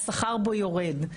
השכר בו יורד,